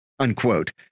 Unquote